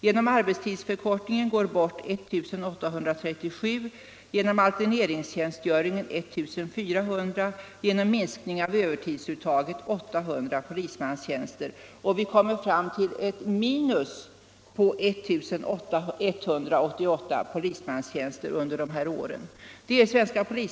Genom arbetstidsförkortningen går 1 837 tjänster bort, genom alterneringstjänstgöringen 1 400 och genom minskning av övertidsuttaget 800 polismanstjänster. Svenska polisförbundet kommer alltså fram till en minskning med 188 av antalet polismanstjänster under dessa år.